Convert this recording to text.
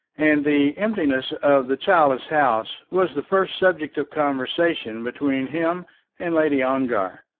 and the emptiness of the childless house was the first subject of conversation between him and lady ongar.